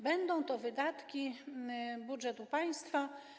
Będą to wydatki budżetu państwa.